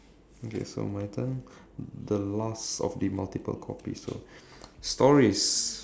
okay so my turn the last of this multiple copies stories